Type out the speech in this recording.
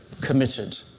committed